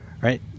right